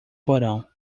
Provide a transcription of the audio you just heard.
porão